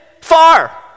far